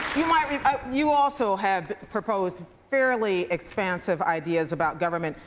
you might you also have proposed fairly expansive ideas about government.